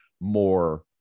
more